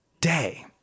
day